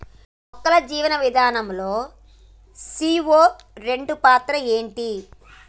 మొక్కల్లో జీవనం విధానం లో సీ.ఓ రెండు పాత్ర ఏంటి?